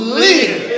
live